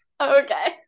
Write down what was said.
Okay